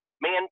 man